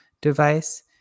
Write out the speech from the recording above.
device